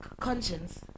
conscience